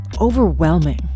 overwhelming